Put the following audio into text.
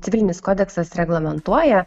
civilinis kodeksas reglamentuoja